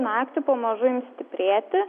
naktį pamažu ims stiprėti